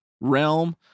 realm